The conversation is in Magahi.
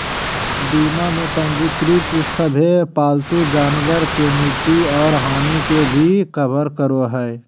बीमा में पंजीकृत सभे पालतू जानवर के मृत्यु और हानि के भी कवर करो हइ